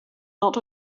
not